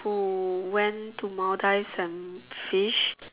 who went to Maldives and fish